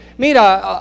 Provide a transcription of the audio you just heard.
Mira